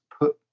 put